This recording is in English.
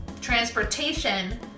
Transportation